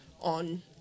on